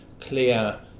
clear